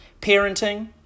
parenting